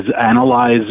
analyze